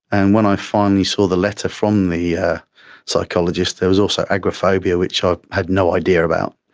and when i finally saw the letter from the yeah psychologist there was also agoraphobia which i had no idea about.